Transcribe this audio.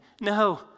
No